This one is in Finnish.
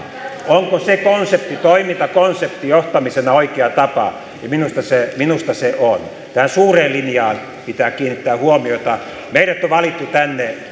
onko se toimintakonsepti johtamisen oikea tapa minusta se minusta se on tähän suureen linjaan pitää kiinnittää huomiota meidät on valittu tänne